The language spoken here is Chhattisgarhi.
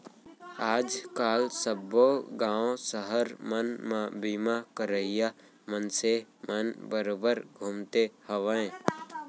आज काल सब्बो गॉंव सहर मन म बीमा करइया मनसे मन बरोबर घूमते हवयँ